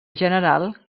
general